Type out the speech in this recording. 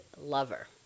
lover